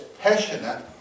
passionate